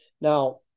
Now